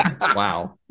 Wow